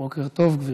בוקר טוב גברתי,